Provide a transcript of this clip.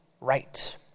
right